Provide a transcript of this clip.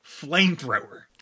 Flamethrower